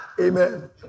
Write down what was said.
Amen